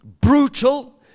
brutal